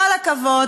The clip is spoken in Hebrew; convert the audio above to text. כל הכבוד,